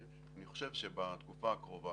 אני חושב שבתקופה הקרובה,